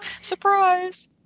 Surprise